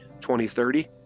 2030